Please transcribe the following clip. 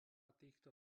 týchto